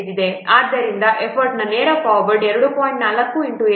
ಆದ್ದರಿಂದ ಎಫರ್ಟ್ ನೇರ ಫಾರ್ವರ್ಡ್ 2